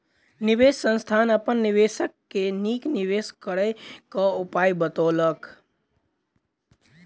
निवेश संस्थान अपन निवेशक के नीक निवेश करय क उपाय बतौलक